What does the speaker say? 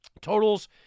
Totals